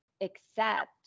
accept